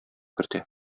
кертә